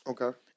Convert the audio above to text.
Okay